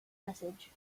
message